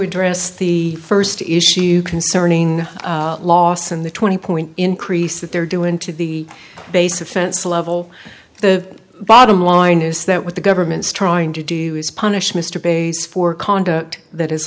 address the first issue concerning loss in the twenty point increase that they're doing to the base offense level the bottom line is that what the government's trying to do is punish mr bass for conduct that is